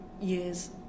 years